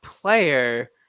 player